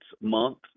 month